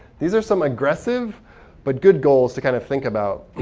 these are some aggressive but good goals to kind of think about.